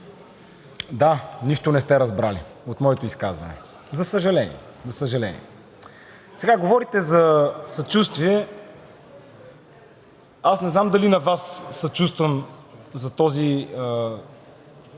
да, нищо не сте разбрали от моето изказване, за съжаление – за съжаление. Сега говорите за съчувствие, аз не знам дали на Вас съчувствам за този